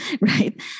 Right